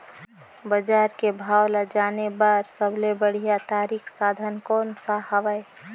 बजार के भाव ला जाने बार सबले बढ़िया तारिक साधन कोन सा हवय?